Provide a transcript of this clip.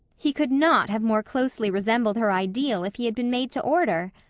he could not have more closely resembled her ideal if he had been made to order.